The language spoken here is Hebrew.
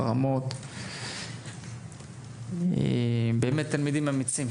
חרמות, באמת תלמידים אמיצים